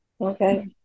Okay